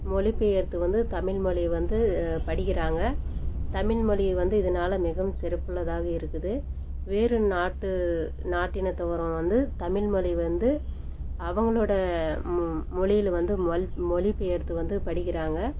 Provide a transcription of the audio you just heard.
மொழிபெயர்த்து வந்து தமிழ்மொழியை வந்து படிக்கிறாங்க தமிழ்மொழி வந்து இதனால் மிகவும் சிறப்புள்ளதாக இருக்குது வேறு நாட்டு நாட்டினத்தவரும் வந்து தமிழ்மொழி வந்து அவங்களோடய மொ மொழியில் வந்து மொ மொழிபெயர்த்து வந்து படிக்கிறாங்க